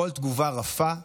כל תגובה רפה נמדדת,